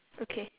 okay